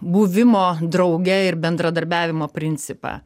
buvimo drauge ir bendradarbiavimo principą